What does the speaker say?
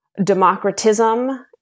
democratism